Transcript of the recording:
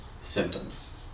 symptoms